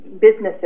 Businesses